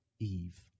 Eve